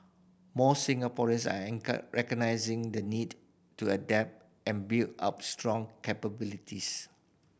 more Singaporeans are recognising the need to adapt and build up strong capabilities